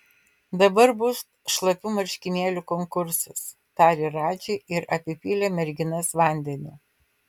dabar bus šlapių marškinėlių konkursas tarė radži ir apipylė merginas vandeniu